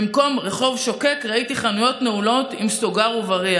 במקום רחוב שוקק ראיתי חנויות נעולות על סוגר ובריח,